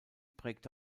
prägte